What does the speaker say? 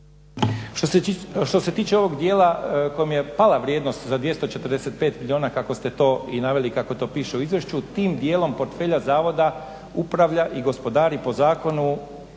Što se tiče ovog dijela kome je pala vrijednost za 245 milijuna kako ste to i naveli, kako to piše u izvješću, tim dijelom portfelja zavoda upravlja i gospodari po zakonu